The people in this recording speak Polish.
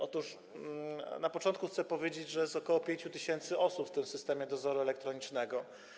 Otóż na początku chcę powiedzieć, że jest ok. 5 tys. osób w tym systemie dozoru elektronicznego.